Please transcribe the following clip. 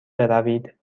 بروید